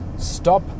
Stop